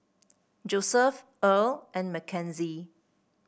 Joeseph Earl and Mckenzie